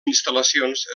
instal·lacions